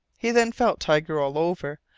he then felt tiger all over,